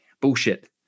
bullshit